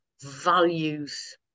values